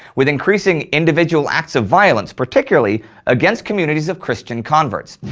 with increasing individual acts of violence, particularly against communities of christian converts.